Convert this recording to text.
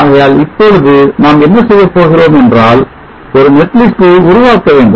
ஆகையால் இப்பொழுது நாம் என்ன செய்யப் போகிறோம் என்றால் ஒரு netlist ஐ உருவாக்க வேண்டும்